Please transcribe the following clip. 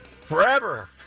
forever